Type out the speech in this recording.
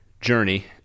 journey